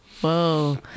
Whoa